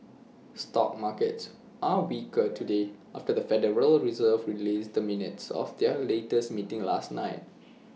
stock markets are weaker today after the federal reserve released the minutes of their latest meeting last night